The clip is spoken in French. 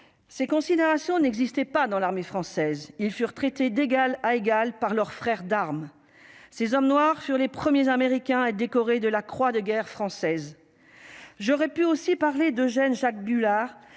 ces considérations n'existait pas dans l'armée française, ils furent traités d'égal à égal, par leurs frères d'armes, ces hommes noirs sur les premiers américains a décoré de la croix de guerre française, j'aurais pu aussi parler de Jacques Bullard